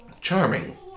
Charming